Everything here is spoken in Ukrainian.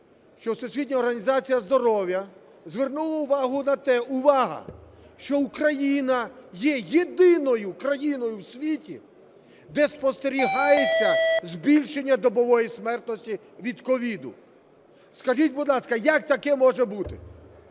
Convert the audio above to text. що Всесвітня організація здоров'я звернула увагу на те, увага, що Україна є єдиною країною у світі, де спостерігається збільшення добової смертності від COVID. Скажіть, будь ласка, як таке може бути?!